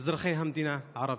אזרחי המדינה הערבים.